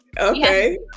okay